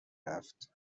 رفت